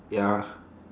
ya